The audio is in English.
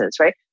right